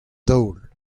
daol